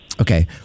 Okay